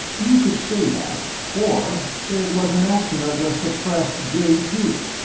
you could say that, or say it was an action of the suppressed jay two.